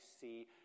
see